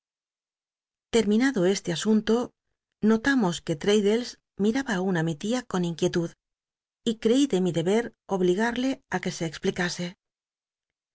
terminado este asunto notamos que l'raddles mitaba aun i mi l ia con inquietud y creí de mi deber ol li arle á que se explicase